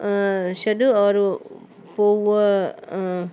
छॾो और हो पोइ हूअ